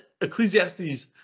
ecclesiastes